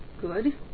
good